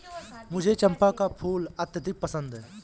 मुझे चंपा का फूल अत्यधिक पसंद है